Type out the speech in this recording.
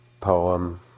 poem